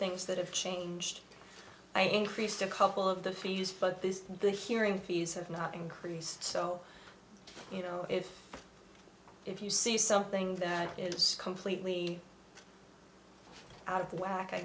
things that have changed i increased a couple of the feel used but this is the hearing fees have not increased so you know if you see something that is completely out of whack i